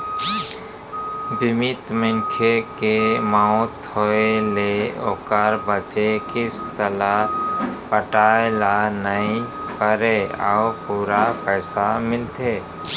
बीमित मनखे के मउत होय ले ओकर बांचे किस्त ल पटाए ल नइ परय अउ पूरा पइसा मिलथे